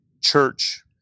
church